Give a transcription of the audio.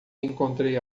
encontrei